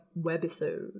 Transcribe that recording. webisode